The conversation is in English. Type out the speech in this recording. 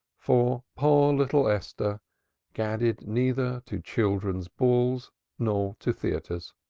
for poor little esther gadded neither to children's balls nor to theatres.